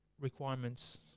requirements